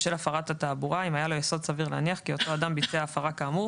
הפרת התעבורה אם היה לו יסוד סביר להניח כי אותו אדם ביצע הפרה כאמור,